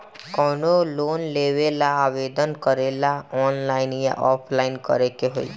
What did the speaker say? कवनो लोन लेवेंला आवेदन करेला आनलाइन या ऑफलाइन करे के होई?